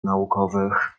naukowych